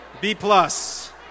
B-plus